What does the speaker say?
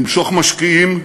למשוך משקיעים,